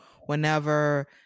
whenever